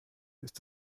ist